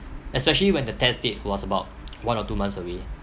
especially when the test date was about one or two months away